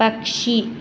പക്ഷി